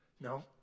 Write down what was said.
No